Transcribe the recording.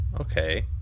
Okay